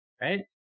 right